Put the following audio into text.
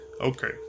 Okay